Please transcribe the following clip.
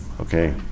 Okay